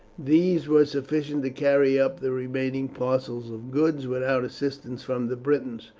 these were sufficient to carry up the remaining parcels of goods without assistance from the britons,